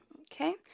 Okay